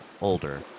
older